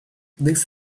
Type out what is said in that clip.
these